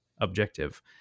objective